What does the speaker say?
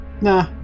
Nah